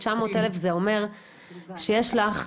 900 אלף זה אומר שיש לך,